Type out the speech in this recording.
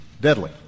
deadly